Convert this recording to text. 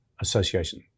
association